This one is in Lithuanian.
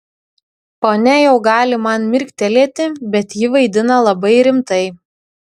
ponia jau gali man mirktelėti bet ji vaidina labai rimtai